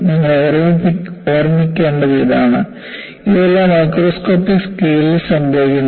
നിങ്ങൾ ഓർമ്മിക്കേണ്ടത് ഇതാണ് ഇതെല്ലാം മൈക്രോസ്കോപ്പിക് സ്കെയിലിൽ സംഭവിക്കുന്നു